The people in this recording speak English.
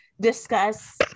discuss